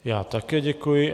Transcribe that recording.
Já také děkuji.